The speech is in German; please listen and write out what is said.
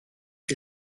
die